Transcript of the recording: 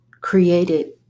created